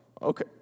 Okay